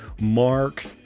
Mark